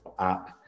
app